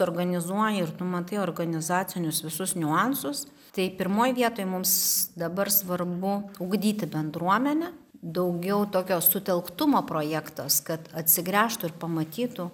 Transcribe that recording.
organizuoji ir tu matai organizacinius visus niuansus tai pirmoj vietoj mums dabar svarbu ugdyti bendruomenę daugiau tokio sutelktumo projektas kad atsigręžtų ir pamatytų